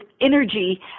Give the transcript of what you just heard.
energy